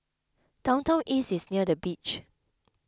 Downtown East is near the beach